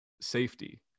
safety